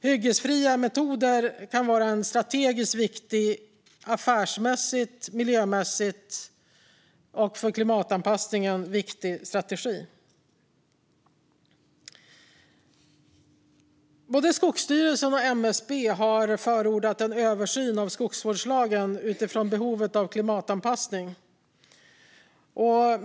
Hyggesfria metoder kan vara en viktig strategi affärsmässigt, miljömässigt och för klimatanpassningen. Både Skogsstyrelsen och MSB har förordat en översyn av skogsvårdslagen utifrån behovet av klimatanpassning.